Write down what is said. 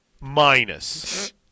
Minus